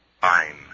Fine